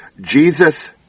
Jesus